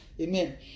Amen